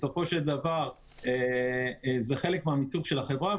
בסופו של דבר זה חלק מהמיצוב של החברה,